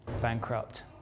bankrupt